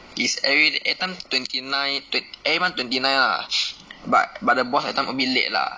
is every everytime twenty nine twent~ every month twenty nine lah but but the boss everytime a bit late lah